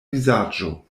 vizaĝo